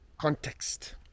context